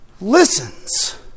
listens